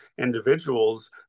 individuals